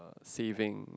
saving